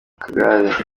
kagare